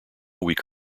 week